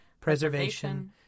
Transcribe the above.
preservation